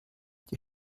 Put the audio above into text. die